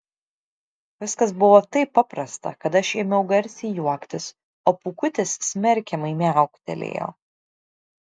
viskas buvo taip paprasta kad aš ėmiau garsiai juoktis o pūkutis smerkiamai miauktelėjo